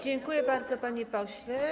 Dziękuję bardzo, panie pośle.